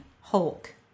Hulk